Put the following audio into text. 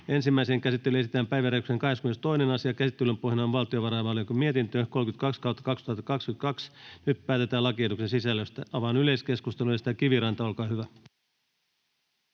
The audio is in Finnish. Ensimmäiseen käsittelyyn esitellään päiväjärjestyksen 22. asia. Käsittelyn pohjana on valtiovarainvaliokunnan mietintö VaVM 32/2022 vp. Nyt päätetään lakiehdotusten sisällöstä. — Avaan yleiskeskustelun. Edustaja Kiviranta, olkaa hyvä.